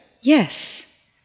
Yes